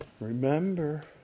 remember